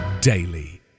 Daily